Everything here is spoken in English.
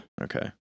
Okay